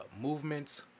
movements